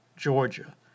Georgia